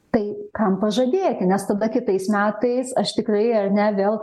tai kam pažadėti nes tada kitais metais aš tikrai ar ne vėl